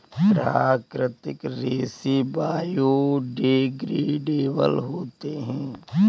प्राकृतिक रेसे बायोडेग्रेडेबल होते है